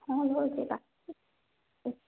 ହଁ ଲୋ ଯିବା